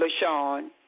LaShawn